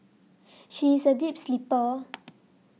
she is a deep sleeper